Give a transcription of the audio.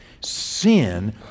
Sin